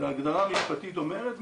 הגדרה משפטית אומרת,